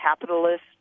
capitalist